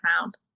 found